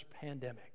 pandemic